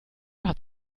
hat